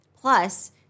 Plus